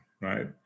right